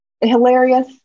hilarious